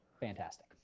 fantastic